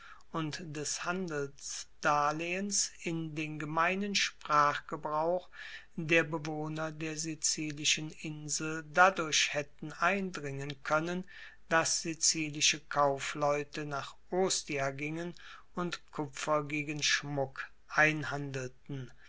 und des handelsdarlehens in den gemeinen sprachgebrauch der bewohner der sizilischen insel dadurch haetten eindringen koennen dass sizilische kaufleute nach ostia gingen und kupfer gegen schmuck einhandelten